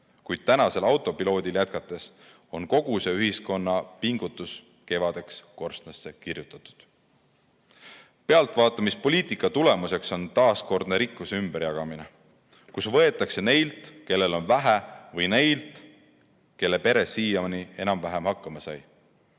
Kuid tänasel autopiloodil jätkates on kogu see ühiskonna pingutus kevadeks korstnasse kirjutatud. Pealtvaatamispoliitika tulemuseks on taaskordne rikkuse ümberjagamine, kus võetakse neilt, kellel on vähe, ka neilt, kelle pere on siiani enam-vähem hakkama saanud.